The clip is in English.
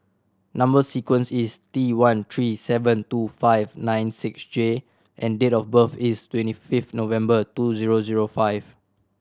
number sequence is T one three seven two five nine six J and date of birth is twenty fifth November two zero zero five